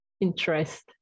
interest